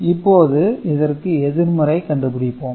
இப்போது இதற்கு எதிர்மறை கண்டுபிடிப்போம்